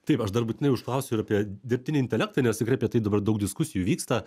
taip aš dar būtinai užklausiu ir apie dirbtinį intelektą nes tikrai apie tai dabar daug diskusijų vyksta